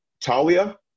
Talia